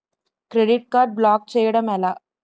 Credit card block చేయడం ఎలా?